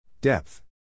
Depth